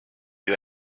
you